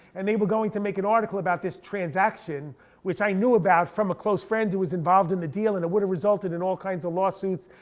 and they were going to make an article about this transaction which i knew about from a close friend who was involved in the deal. and a would have resulted in all kinds of lawsuits.